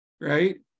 right